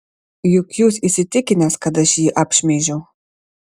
juk jūs įsitikinęs kad aš jį apšmeižiau